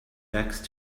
next